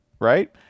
right